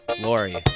Lori